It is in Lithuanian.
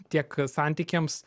tiek santykiams